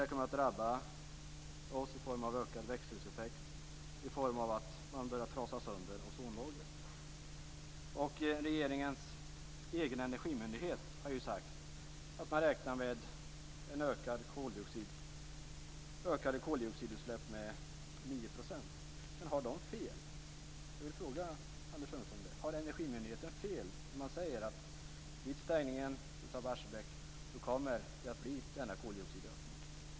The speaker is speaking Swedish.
Det kommer att drabba oss i form av ökad växthuseffekt, i form av att man börjar trasa sönder ozonlagret. Regeringens egen energimyndighet har sagt att man räknar med en ökning av koldioxidutsläppen med Har energimyndigheten fel när man säger att vid en stängning av Barsebäck kommer det att bli denna koldioxidökning?